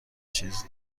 چیز